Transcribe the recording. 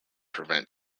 prevent